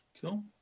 Cool